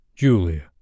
Julia